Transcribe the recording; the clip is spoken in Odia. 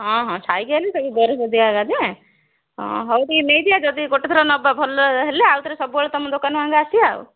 ହଁ ହଁ ସାହିକି ଆଇଲେ ସବୁ ବରଫ ଦିଆ ଏକା ଯେ ହଁ ହଉ ଟିକିଏ ନେଇଦିଅ ଯଦି ଗୋଟେଥର ନ ଭଲ ହେଲେ ଆଉଥରେ ସବୁବେଳେ ତମ ଦୋକାନଙ୍କୁ ଆମେ ଆସିବା ଆଉ